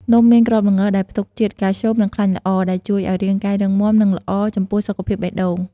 នំមានគ្រាប់ល្ងដែលផ្ទុកជាតិ កាល់ស្យូម និង ខ្លាញ់ល្អ ដែលជួយឲ្យរាងកាយរឹងមាំ និងល្អចំពោះសុខភាពបេះដូង។